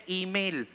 email